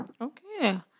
Okay